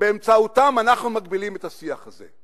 שבאמצעותם אנחנו מגבילים את השיח הזה.